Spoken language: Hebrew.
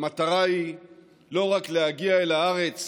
המטרה היא לא רק להגיע אל הארץ